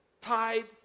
tied